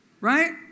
Right